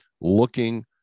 looking